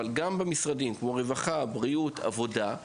אבל גם במשרדים כמו רווחה, בריאות, עבודה,